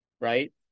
right